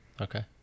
Okay